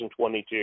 2022